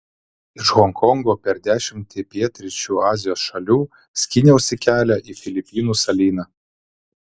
iš honkongo per dešimtį pietryčių azijos šalių skyniausi kelią į filipinų salyną